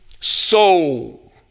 soul